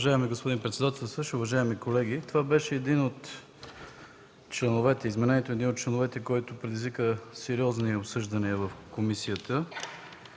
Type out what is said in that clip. възможност